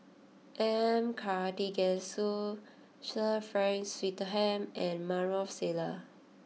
M Karthigesu Sir Frank Swettenham and Maarof Salleh